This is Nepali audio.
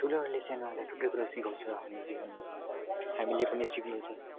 ठुलोहरूले सानोहरूलाई थुप्रै कुरा सिकाउँछ हाम्रो जीवनमा हामीले पनि सिक्नु छ